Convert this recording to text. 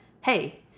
hey